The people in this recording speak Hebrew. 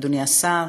אדוני השר,